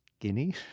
Guinea